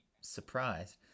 surprised